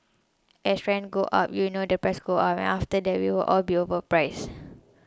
as rents go up you know the prices go up and after a while we'll be overpriced